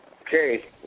Okay